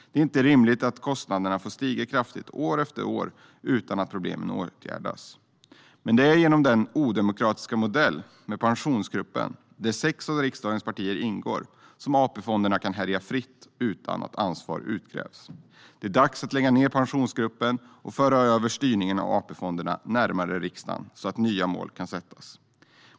Det a ̈r inte rimligt att kostnaderna fa°r stiga kraftigt a°r efter a°r utan att problemen a°tga ̈rdas. Men på grund av den odemokratiska modellen med Pensionsgruppen där sex av riksdagens partier ingår kan AP-fonderna härja fritt utan att ansvar utkrävs. Det är dags att lägga ned Pensionsgruppen och föra styrningen av AP-fonderna närmare riksdagen så att nya mål kan sättas.